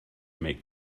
make